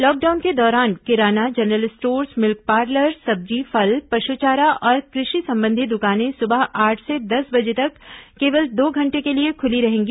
lockdown के दौरान किराना जनरल स्टोर्स मिल्क पार्लर सब्जी फल पशु चारा और कृषि संबंधी दुकानें सुबह आठ से दस बजे तक केवल दो घंटे के लिए खुली रहेंगी